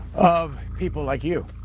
of people like you.